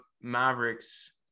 Mavericks